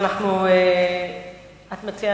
אם ככה,